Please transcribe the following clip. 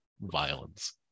violence